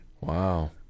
Wow